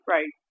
Right